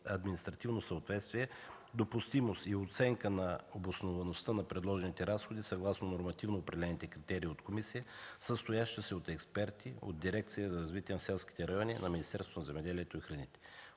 административно съответствие, допустимост и оценка на обосноваността на предложените разходи съгласно нормативно определените критерии от комисия, състояща се от експерти от дирекция „Развитие на селските райони” в Министерството на земеделието и храните.